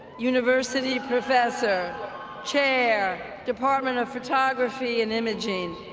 university professor chair, department of photography and imaging,